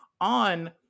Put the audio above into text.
on